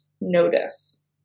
notice